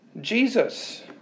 Jesus